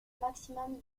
maximum